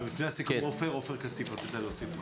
לפני הסיכום עופר כסיף רצית להוסיף משהו?